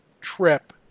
trip